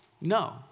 no